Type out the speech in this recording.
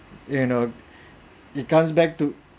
you know it comes back to